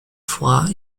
foie